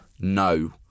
No